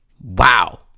wow